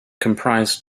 comprise